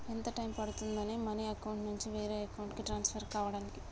ఎంత టైం పడుతుంది money account నుంచి వేరే అకౌంట్ కి ట్రాన్స్ఫర్ కావటానికి?